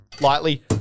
Lightly